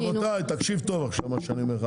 טוב, רבותיי, תקשיב טוב למה שאני אומר לך.